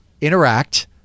interact